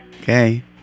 Okay